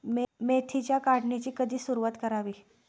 मेथीच्या काढणीची कधी सुरूवात करावी?